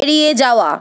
এড়িয়ে যাওয়া